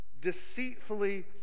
deceitfully